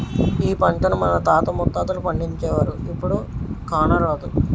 ఈ పంటను మన తాత ముత్తాతలు పండించేవారు, ఇప్పుడు కానరాదు